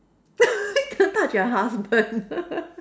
cannot touch your husband